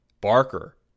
Barker